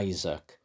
Isaac